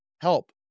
help